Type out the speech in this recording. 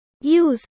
Use